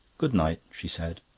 good-night, she said,